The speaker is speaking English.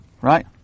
right